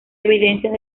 evidencias